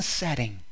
setting